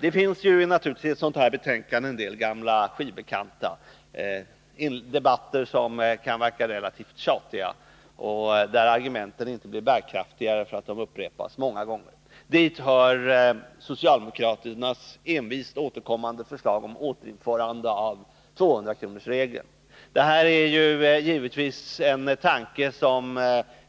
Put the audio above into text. Det finns naturligtvis i ett sådant här betänkande en del gamla skivbekanta, debatter som kan verka relativt tjatiga och där argumenten inte blir bärkraftigare för att de upprepas många gånger. Dit hör socialdemokraternas envist återkommande förslag om återinförande av 200-kronorsregeln. Detta är givetvis en tanke som